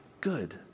good